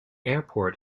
airport